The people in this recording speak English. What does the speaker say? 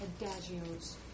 adagios